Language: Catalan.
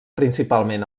principalment